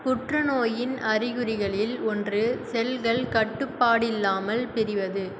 புற்றுநோயின் அறிகுறிகளில் ஒன்று செல்கள் கட்டுப்பாடில்லாமல் பிரிவது